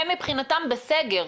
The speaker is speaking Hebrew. הם מבחינתם בסגר.